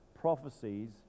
prophecies